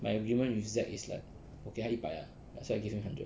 my agreement with zak is like 我给他一百 ah so I give him hundred